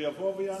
שיבוא ויענה.